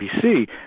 CBC